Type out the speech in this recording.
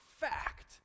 fact